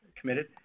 committed